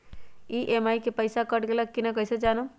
EMI के पईसा कट गेलक कि ना कइसे हम जानब?